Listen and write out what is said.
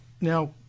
now